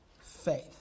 Faith